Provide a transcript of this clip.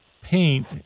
paint